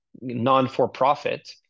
non-for-profit